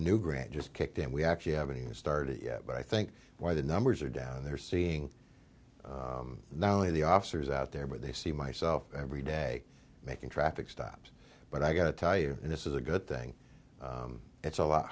new grant just kicked in we actually haven't even started yet but i think why the numbers are down and they're seeing now in the officers out there but they see myself every day making traffic stops but i got to tell you this is a good thing it's a lot